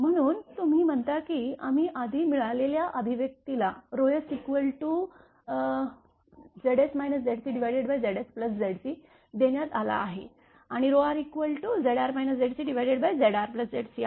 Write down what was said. म्हणून तुम्ही म्हणता की आम्ही आधी मिळालेल्या अभिव्यक्तीलाsZs ZcZsZc देण्यात आला आहे आणि r Zr ZcZrZc आहे